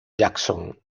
jackson